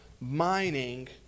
mining